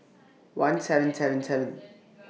one seven seven seven